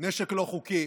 נשק לא חוקי